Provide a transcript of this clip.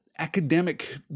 Academic